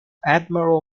admiral